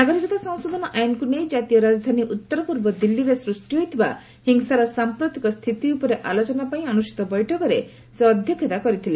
ନାଗରିକତା ସଂଶୋଧନ ଆଇନ୍କୁ ନେଇ ଜାତୀୟ ରାଜଧାନୀ ଉତ୍ତରପୂର୍ବ ଦିଲ୍ଲୀରେ ସୃଷ୍ଟି ହୋଇଥିବା ହିଂସାର ସାମ୍ପ୍ରତିକ ସ୍ଥିତି ଉପରେ ଆଲୋଚନା ପାଇଁ ଅନୁଷ୍ଠିତ ବୈଠକରେ ସେ ଅଧ୍ୟକ୍ଷତା କରିଥିଲେ